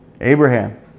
Abraham